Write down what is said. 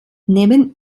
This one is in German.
neben